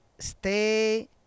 Stay